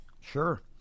Sure